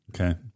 Okay